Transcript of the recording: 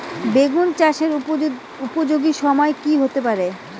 বেগুন চাষের উপযোগী সময় কি হতে পারে?